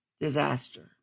disaster